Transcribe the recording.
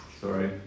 Sorry